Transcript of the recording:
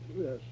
Yes